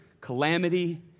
calamity